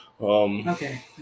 okay